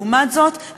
לעומת זאת,